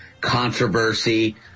controversy